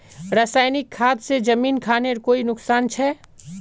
रासायनिक खाद से जमीन खानेर कोई नुकसान छे?